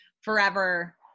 forever